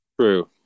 true